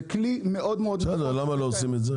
זה כלי מאוד מאוד --- בסדר, למה לא עושים את זה?